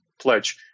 pledge